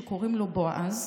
שקוראים לו בועז,